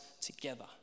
together